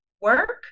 work